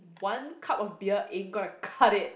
one cup of beer ain't gonna cut it